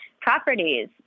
properties